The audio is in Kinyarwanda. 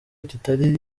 kitagira